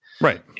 right